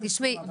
תשמעי,